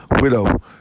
widow